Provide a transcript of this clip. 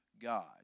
God